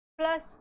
plus